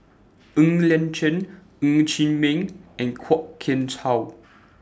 Ng Liang Chiang Ng Chee Meng and Kwok Kian Chow